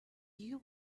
you